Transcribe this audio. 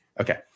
Okay